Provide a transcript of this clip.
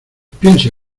piense